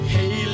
Hey